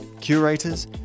curators